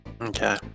Okay